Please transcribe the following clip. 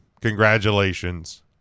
Congratulations